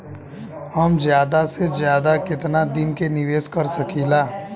हम ज्यदा से ज्यदा केतना दिन के निवेश कर सकिला?